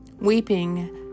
Weeping